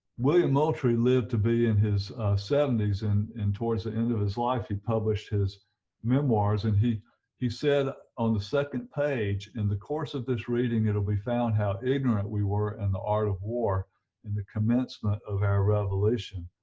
william moultrie lived to be in his seventy s and and towards the end of his life he published his memoirs and he he said on the second page in the course of this reading it will be found how ignorant we were in the art of war and the commencement of our revolution,